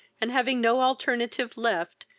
and, having no alternative left,